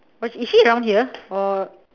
was is is she around here or